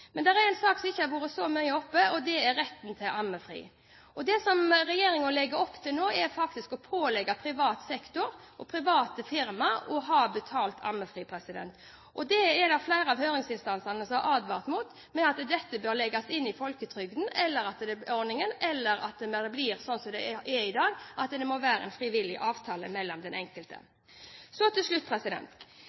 Men det er en sak som ikke har vært så mye oppe, og det er retten til ammefri. Det som regjeringen legger opp til nå, er faktisk å pålegge privat sektor og private firmaer å ha betalt ammefri. Det er det flere av høringsinstansene som har advart mot, og ment at dette bør legges inn i folketrygdordningen, eller at når det blir som det er i dag, må det være en frivillig avtale mellom de enkelte. Så til slutt: